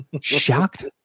shocked